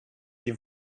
die